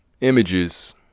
images